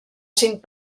cinc